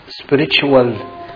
spiritual